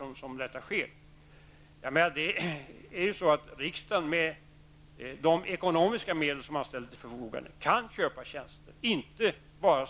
Man kan ju med hjälp av de ekonomiska medel som riksdagen ställer till förfogande köpa tjänster, inte bara